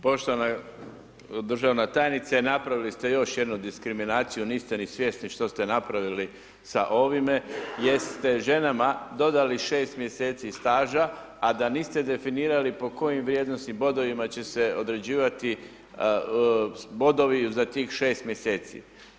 Poštovana državna tajnice, napravili ste još jednu diskriminaciju, niste ni svjesni što ste napravili sa ovime jer ste ženama dodali 6 mjeseci staža a da niste definirali po kojim vrijednosnim bodovima će određivati bodovi za tih 6 mjeseci.